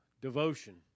devotion